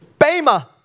Bama